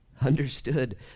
understood